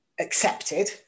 accepted